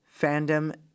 Fandom